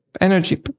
energy